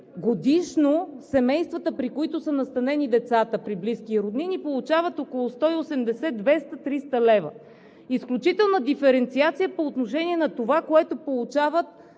годишно семействата, при които са настанени децата – при близки и роднини, получават около 180 – 200 – 300 лв. – изключителна диференциация по отношение на това, което получават